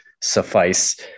suffice